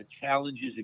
challenges